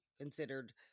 considered